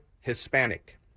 Hispanic